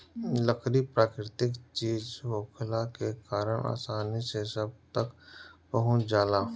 लकड़ी प्राकृतिक चीज होखला के कारण आसानी से सब तक पहुँच जाला